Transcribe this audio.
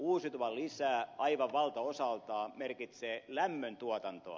uusiutuvan lisääminen aivan valtaosaltaan merkitsee lämmöntuotantoa